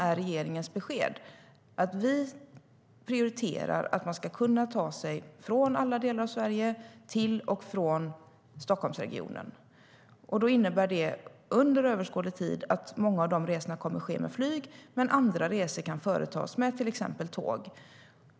Regeringens besked är att vi prioriterar att man ska kunna ta sig från alla delar av Sverige till och från Stockholmsregionen. Det innebär under överskådlig tid att många av de resorna kommer att ske med flyg medan andra resor kan företas med till exempel tåg.